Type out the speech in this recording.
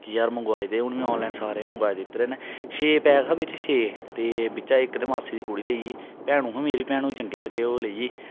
कि यार मंगवाई दे हून में आनलाइन सारे गी मगंवाई दित्ते दे ना छे पैक हा बिच्च छे ते बिच्चा इक ते मासी दी कुड़ी लेई गेई भैनू मेरी भैनू गी चंगे लगे ओह् लेई गेई